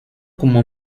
como